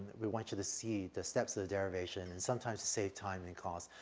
we want you to see the steps of the derivation and sometimes to save time in class,